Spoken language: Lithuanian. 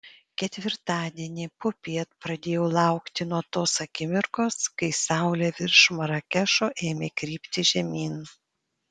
ketvirtadienį popiet pradėjau laukti nuo tos akimirkos kai saulė virš marakešo ėmė krypti žemyn